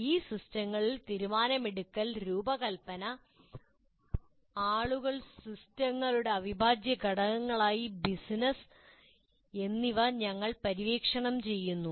ഈ സിസ്റ്റങ്ങളിൽ തീരുമാനമെടുക്കൽ രൂപകൽപ്പന ആളുകൾ സിസ്റ്റങ്ങളുടെ അവിഭാജ്യ ഘടകങ്ങളായ ബിസിനസ്സ് എന്നിവ ഞങ്ങൾ പര്യവേക്ഷണം ചെയ്യുന്നു